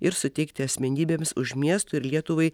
ir suteikti asmenybėms už miestui ir lietuvai